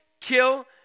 kill